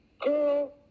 Girl